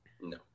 No